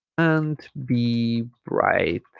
and be bright